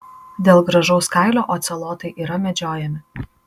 dėl gražaus kailio ocelotai yra medžiojami